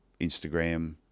instagram